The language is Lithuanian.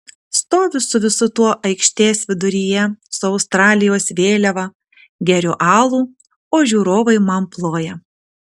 stoviu su visu tuo aikštės viduryje su australijos vėliava geriu alų o žiūrovai man ploja